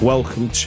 Welcome